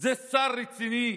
זה שר רציני?